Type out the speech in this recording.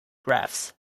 graphs